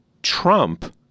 Trump